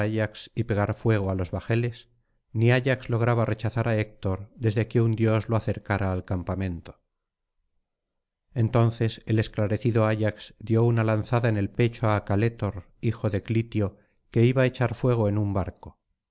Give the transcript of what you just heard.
y pegar fuego á los bajeles ni ayax lograba rechazar á héctor desde que un dios lo acercara al campamento entonces el esclarecido ayax dio una lanzada en el pecho á calétor hijo de clitio que iba á echar fuego en un barco